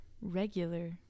regular